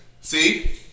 See